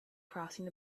crossing